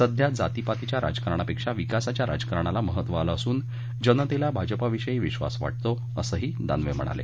सध्या जातीपातीच्या राजकारणापेक्षा विकासाच्या राजकारणाला महत्व आलं असून जनतेला भाजपाविषयी विश्वास वाटतो असंही दानवे म्हणाले